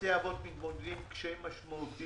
בתי האבות מתמודדים עם קשיים משמעותיים.